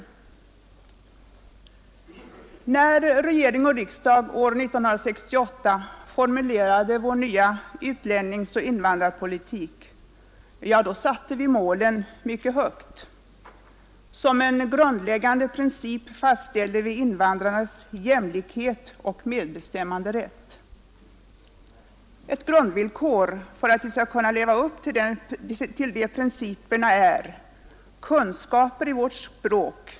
När regering och riksdag år 1968 formulerade vår nya utlänningsoch invandrarpolitik satte vi målen mycket högt. Som en grundläggande princip fastställde vi invandrarnas jämlikhet och medbestämmanderätt. Ett grundvillkor för att vi skall kunna leva upp till den principen är att de får kunskaper i vårt språk.